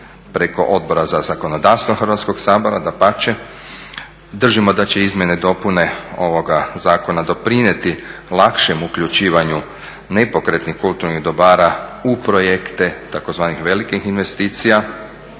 preko Odbora za zakonodavstvo Hrvatskog sabora, dapače. Držimo da će izmjene i dopune ovoga zakona doprinijeti lakšem uključivanju nepokretnih kulturnih dobara u projekte tzv. velikih investicija